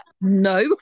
No